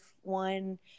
one